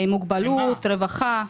מוגבלות, רווחה.